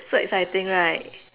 so exciting right